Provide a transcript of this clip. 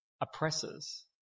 oppressors